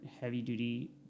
heavy-duty